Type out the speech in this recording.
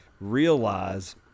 realize